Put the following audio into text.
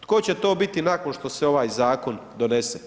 Tko će to biti nakon što se ovaj zakon donese?